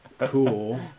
Cool